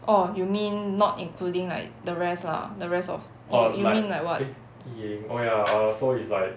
orh you mean not including like the rest lah the rest of or you mean like what